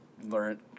learn